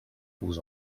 vous